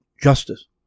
justice